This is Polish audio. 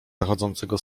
zachodzącego